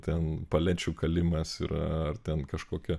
ten palečių kalimas yra ar ten kažkokia